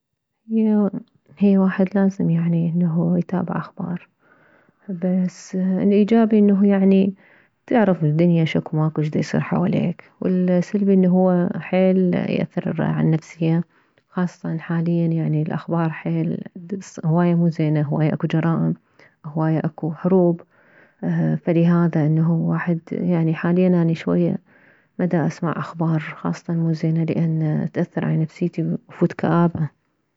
هي هي واحد لازم اعني انه يتابع اخبار بس الايجابي انه تعرف الدنيا شكو ماكو شديصير حواليك والسلبي انه هو حيل يأثر عالنفسية وخاصة حاليا الاخبار حيل هواية مو زينة هواية اكو جرائم هواية اكو حروب فلهذا انه واحد يعني حاليا اني شوية مداسمع اخبار لان تاثر على نفسيتي افوت كآبة